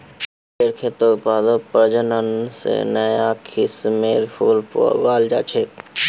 फुलेर खेतत पादप प्रजनन स नया किस्मेर फूल उगाल जा छेक